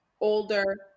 older